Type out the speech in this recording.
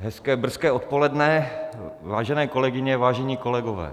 Hezké brzké odpoledne, vážené kolegyně, vážení kolegové.